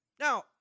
Now